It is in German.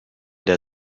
der